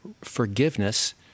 forgiveness